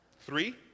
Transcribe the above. Three